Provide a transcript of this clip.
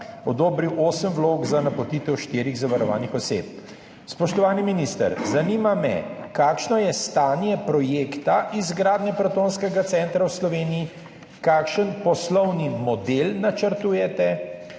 odobril osem vlog za napotitev štirih zavarovanih oseb. Spoštovani minister, zanima me: Kakšno je stanje projekta izgradnje protonskega centra v Sloveniji? Kakšen poslovni model načrtujete?